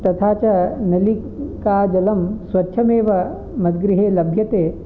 तथा च नलिकाजलं स्वच्छमेव मद्गृहे लभ्यते